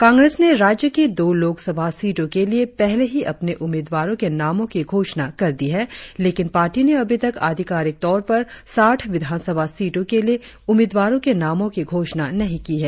कांग्रेस ने राज्य की दो लोकसभा सीटों के लिए पहले ही अपने उम्मीदवारों के नामों की घोषणा कर दी है लेकिन पार्टी ने अभी तक अधिकारिक तौर पर साठ विधानसभा सीटों के लिए उम्मीदवारों के नामों की घोषणा नहीं की है